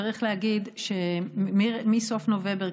צריך להגיד שמסוף נובמבר,